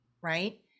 Right